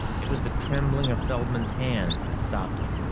it was the trembling of feldman's hands that stopped him.